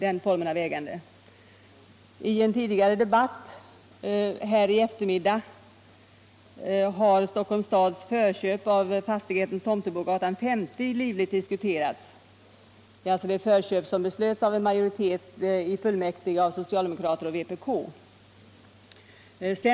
I en tidigare debatt här i kammaren i eftermiddags har Stockholms stads förköp av fastigheten Tomtebogatan 50 livligt diskuterats. Detta förköp beslöts av en majoritet av socialdemokrater och kommunister i fullmäktige.